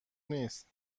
نیست